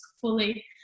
fully